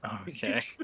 Okay